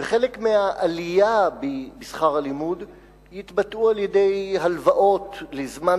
וחלק מהעלייה בשכר הלימוד יתבטאו בהלוואות לזמן